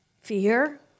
Fear